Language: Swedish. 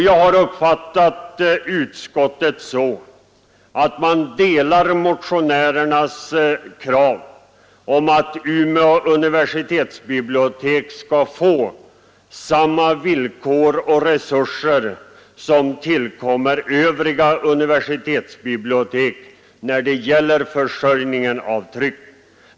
Jag uppfattar utskottet så att det delar motionärernas krav på att Umeå universitetsbibliotek skall få samma villkor och resurser som tillkommer övriga universitetsbibliotek när det gäller försörjningen med tryck.